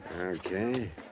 Okay